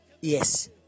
yes